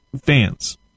fans